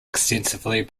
extensively